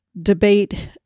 debate